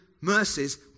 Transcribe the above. mercies